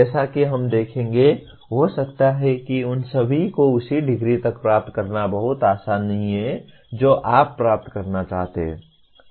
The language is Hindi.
जैसा कि हम देखेंगे हो सकता है कि उन सभी को उसी डिग्री तक प्राप्त करना बहुत आसान नहीं है जो आप प्राप्त करना चाहते हैं